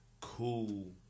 Cool